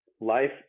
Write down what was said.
life